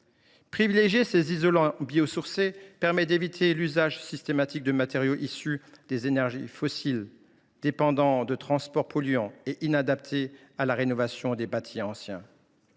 Privilégier ces isolants biosourcés permet d’éviter l’usage systématique de matériaux issus des énergies fossiles, dépendant de transports polluants et inadaptés à la rénovation des bâtis anciens.